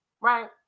right